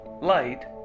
light